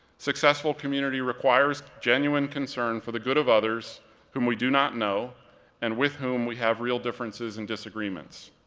successful community requires genuine concern for the good of others whom we do not know and with whom we have real differences and disagreements.